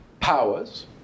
powers